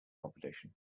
competition